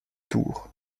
tours